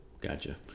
gotcha